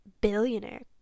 billionaire